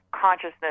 consciousness